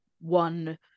one